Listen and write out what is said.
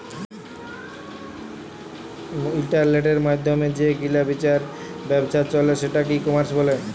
ইলটারলেটের মাইধ্যমে যে কিলা বিচার ব্যাবছা চলে সেটকে ই কমার্স ব্যলে